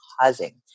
causing